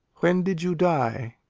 when did you die?